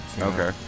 Okay